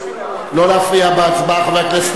בממשלה לא נתקבלה.